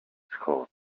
hot